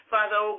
Father